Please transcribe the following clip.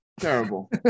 Terrible